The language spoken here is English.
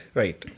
right